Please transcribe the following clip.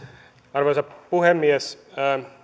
arvoisa puhemies